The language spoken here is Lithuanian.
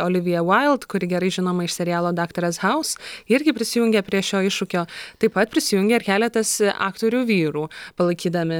olivija vaild kuri gerai žinoma iš serialo daktaras hauz irgi prisijungė prie šio iššūkio taip pat prisijungė ir keletas aktorių vyrų palaikydami